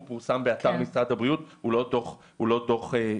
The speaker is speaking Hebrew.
הוא פורסם באתר משרד הבריאות, הוא לא דוח שלי.